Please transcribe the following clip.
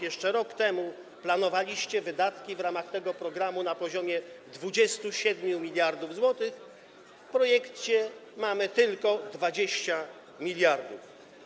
Jeszcze rok temu planowaliście wydatki w ramach tego programu na poziomie 27 mld zł, a w projekcie mamy tylko 20 mld.